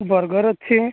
burger ଅଛି